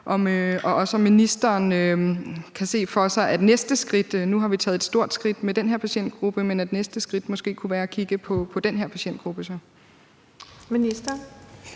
også om ministeren kan se for sig, at næste skridt – nu har vi taget et stort skridt med en patientgruppe – måske kunne kigge på den her patientgruppe. Kl. 14:21 Den